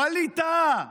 ווליד טאהא.